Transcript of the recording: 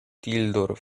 tildor